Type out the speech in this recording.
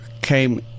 came